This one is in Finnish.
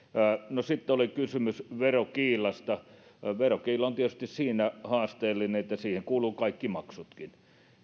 no sitten oli kysymys verokiilasta verokiila on tietysti siinä haasteellinen että siihen kuuluvat kaikki maksutkin